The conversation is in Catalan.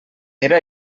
era